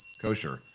kosher